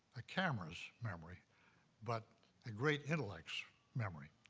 a camera's memory but a great intellect's memory.